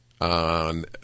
on